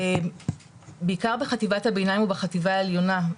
בעיקר בחטיבת הביניים ובחטיבה העליונה.